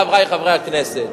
חברי חברי הכנסת,